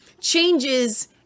changes